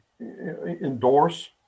endorse